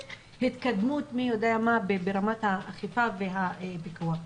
התקדמות מי יודע מה ברמת האכיפה והפיקוח.